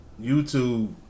YouTube